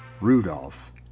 Rudolph